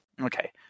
Okay